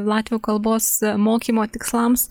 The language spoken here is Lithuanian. latvių kalbos mokymo tikslams